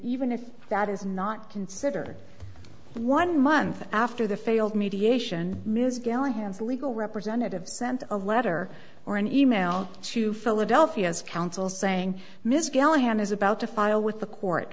even if that is not considered one month after the failed mediation ms gillen his legal representative sent a letter or an e mail to philadelphia's counsel saying ms galahad is about to file with the court